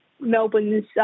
Melbourne's